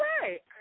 right